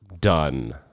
done